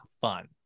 fun